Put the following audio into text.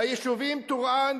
ביישובים טורעאן,